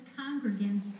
congregants